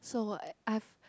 so what I I've